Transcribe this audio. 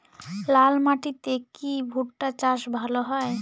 লাল মাটিতে কি ভুট্টা চাষ ভালো হয়?